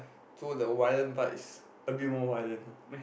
so the violent part is a bit more violent ah